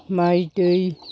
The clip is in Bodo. माइ दै